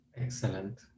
Excellent